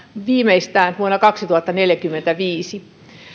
viimeistään vuonna kaksituhattaneljäkymmentäviisi